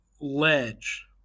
ledge